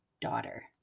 daughter